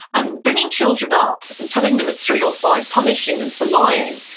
and bringing children up, and telling them at three or five, punishing them for lying,